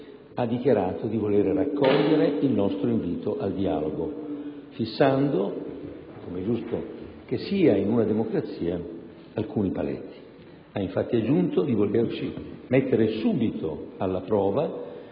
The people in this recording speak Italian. ha dichiarato di voler raccogliere il nostro invito al dialogo, fissando, come è giusto che sia in una democrazia, alcuni paletti. Ha infatti aggiunto di volerci mettere subito alla prova